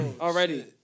Already